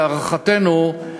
להערכתנו,